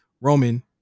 Roman